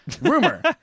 Rumor